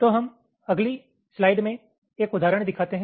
तो हम अगली स्लाइड में एक उदाहरण दिखाते हैं